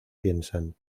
piensan